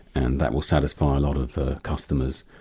and that will satisfy a lot of customers.